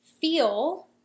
feel